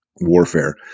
warfare